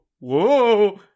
whoa